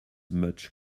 much